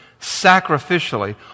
sacrificially